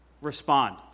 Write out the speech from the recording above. respond